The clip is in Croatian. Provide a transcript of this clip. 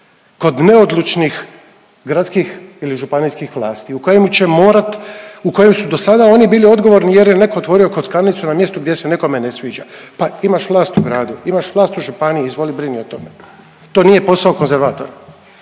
Kod neodlučnih gradskih ili županijskih vlasti u kojemu će morat, u kojem su do sada oni bili odgovorni jer je netko otvorio kockarnicu na mjestu gdje se nekome ne sviđa. Pa imaš vlast u gradu, imaš vlast u županiji, izvoli brini o tome. To nije posao konzervatora